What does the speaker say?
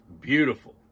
beautiful